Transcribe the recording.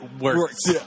works